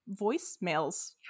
voicemails